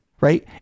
right